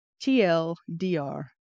TLDR